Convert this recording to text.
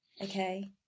Okay